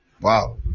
Wow